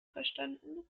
verstanden